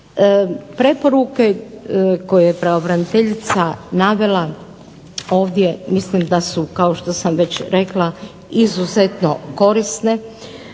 Preporuke koje je pravobraniteljica navele ovdje mislim da su kao što sam već rekla izuzetno korisne,